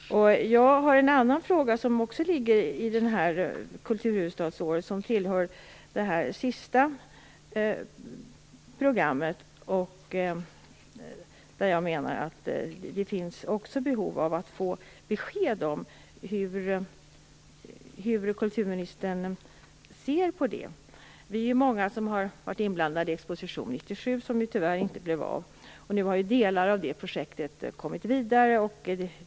Jag har en annan fråga som också rör kulturhuvudstadsåret. Det gäller det sista programmet. Jag menar att det finns behov av att få besked om hur kulturministern ser på det. Vi är många som har varit inblandade i Exposition 97, som ju tyvärr inte blev av. Nu har delar av det projektet kommit vidare.